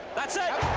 that's it. i